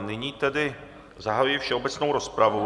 Nyní tedy zahajuji všeobecnou rozpravu.